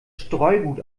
streugut